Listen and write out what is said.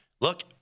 look